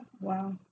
wow